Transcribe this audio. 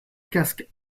casque